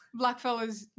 blackfellas